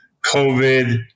COVID